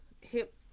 hip